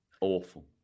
awful